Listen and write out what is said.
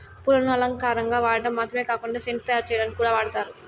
పూలను అలంకారంగా వాడటం మాత్రమే కాకుండా సెంటు తయారు చేయటానికి కూడా వాడతారు